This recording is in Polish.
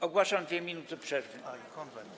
Ogłaszam 2 minuty przerwy.